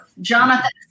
Jonathan